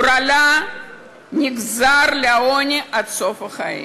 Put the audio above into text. גורלם נגזר לעוני עד סוף החיים.